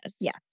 Yes